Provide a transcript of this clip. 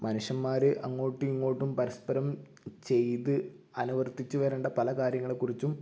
മനുഷ്യന്മാർ അങ്ങോട്ടും ഇങ്ങോട്ടും പരസ്പരം ചെയ്ത് അനുവർത്തിച്ച് വരേണ്ട പല കാര്യങ്ങളെ കുറിച്ചും